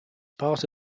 part